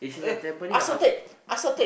eh ask her take ask her take